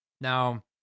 Now